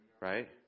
right